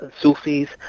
Sufis